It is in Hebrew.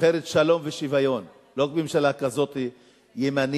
שוחרת שלום ושוויון, לא ממשלה כזאת ימנית,